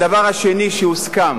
הדבר השני שהוסכם